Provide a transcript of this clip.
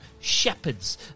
shepherds